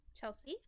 Chelsea